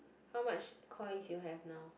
how much coins you have now